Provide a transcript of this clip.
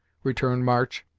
returned march,